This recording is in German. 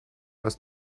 was